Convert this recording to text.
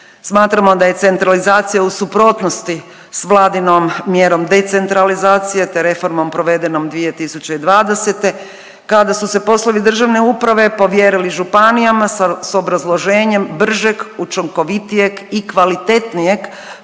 Smatramo da je centralizacija u suprotnosti s Vladinom mjerom decentralizacije te reformom provedenom 2020. kada su se poslovi državne uprave povjerili županijama s obrazloženjem bržeg, učinkovitijeg i kvalitetnijeg